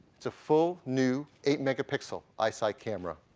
it's a full new eight megapixel isight camera.